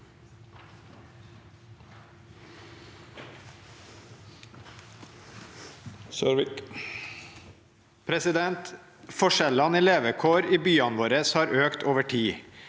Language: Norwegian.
Forskjellene i levekår i byene våre har økt over tid.